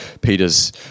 Peter's